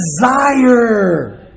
Desire